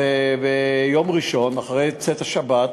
ביום ראשון אחרי צאת השבת